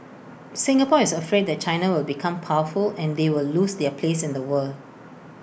Singapore is afraid that China will become powerful and they will lose their place in the world